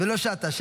ולא שָׁטָה.